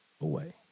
away